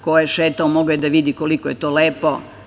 Ko je šetao mogao je da vidi koliko je to lepo.